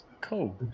Cool